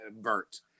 Bert